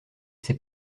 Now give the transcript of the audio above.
c’est